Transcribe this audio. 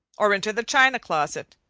or into the china closet,